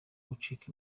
gucika